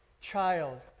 child